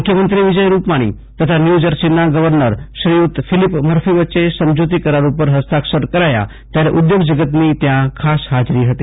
મખ્યમંત્રી વિજય રૂપાણી તથા ન્યુજર્સીના ગર્વનર શ્રીયુત ફિલીપ મર્કીવયો સમજુતી કરાર ઉપર હસ્તાક્ષર કરાયા ત્યારે ઉધોગ જગતની ત્યાં ખાસ હાજરી હતી